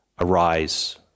arise